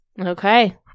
Okay